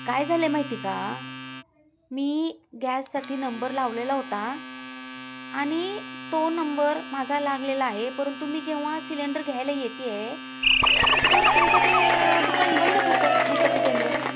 काय झालं आहे माहिती का मी गॅससाठी नंबर लावलेला होता आणि तो नंबर माझा लागलेला आहे परंतु मी जेव्हा सिलेंडर घ्यायला येत आहे तर तुमचं ते दुकान बंदच होतं वितरण केंद्र